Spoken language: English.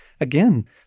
Again